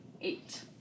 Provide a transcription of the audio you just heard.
Eight